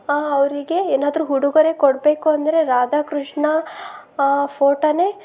ಅವರಿಗೆ ಏನಾದ್ರೂ ಉಡುಗೊರೆ ಕೊಡಬೇಕು ಅಂದರೆ ರಾಧಾಕೃಷ್ಣ ಫೋಟೋನೇ